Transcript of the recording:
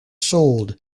sold